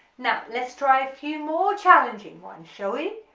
now let's try a few more challenging ones shall we